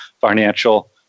financial